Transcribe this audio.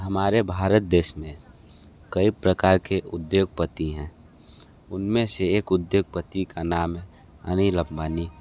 हमारे भारत देश में कई प्रकार के उद्योगपति हैं उनमें से एक उद्योगपति का नाम हैं अनिल अंबानी